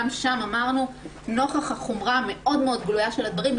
גם שם אמרנו שנוכח החומרה הגלויה של הדברים,